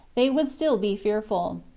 they would still be fearful.